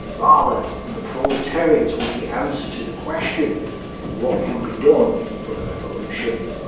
rather the proletariat was the answer to the question what can be done for the revolution?